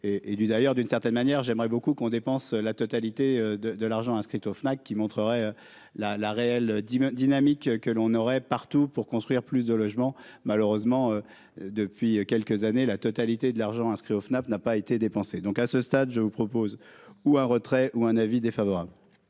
manière, j'aimerais beaucoup qu'on dépense la totalité de de l'argent, inscrite au Fnac qui montrerait la la réelle dit dynamique que l'on aurait partout pour construire plus de logements malheureusement depuis quelques années, la totalité de l'argent, inscrit au FNAP n'a pas été dépensé, donc, à ce stade, je vous propose ou un retrait ou un avis défavorable.